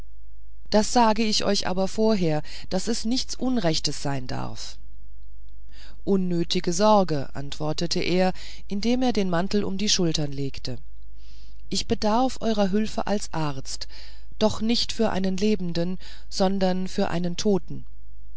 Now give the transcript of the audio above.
das sage ich euch aber vorher daß es nichts unrechtes sein darf unnötige sorge antwortete er indem er den mantel um die schultern legte ich bedarf eurer hülfe als arzt doch nicht für einen lebenden sondern für einen toten